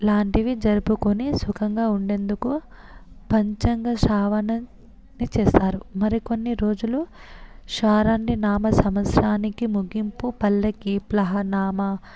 ఇలాంటివి జరుపుకొని సుఖంగా ఉండేందుకు పంచాంగ శ్రవణన్ని చేస్తారు మరి కొన్ని రోజులు వారాన్ని నామ సంవత్సరానికి ముగుంపు పల్లకి ప్లహనామా